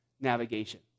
navigation